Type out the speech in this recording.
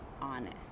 honest